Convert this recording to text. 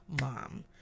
mom